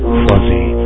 fuzzy